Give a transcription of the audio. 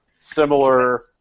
similar